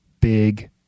big